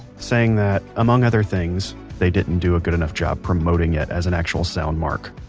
saying that, among other things, they didn't do a good enough job promoting it as an actual sound mark.